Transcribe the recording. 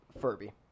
Furby